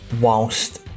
whilst